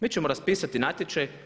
Mi ćemo raspisati natječaj.